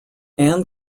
ann